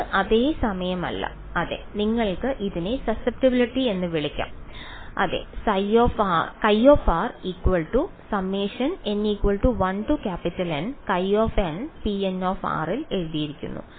ഇത് അതേ സമയമല്ല അതെ നിങ്ങൾക്ക് ഇതിനെ സസെപ്റ്റബിലിറ്റി എന്ന് വിളിക്കാം അതെ ൽ എഴുതിയിരിക്കുന്നു